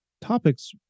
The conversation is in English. topics